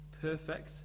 perfect